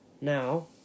Now